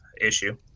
issue